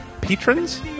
patrons